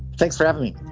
thanks for having me.